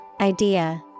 idea